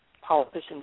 politicians